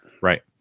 right